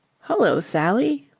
hullo, sally!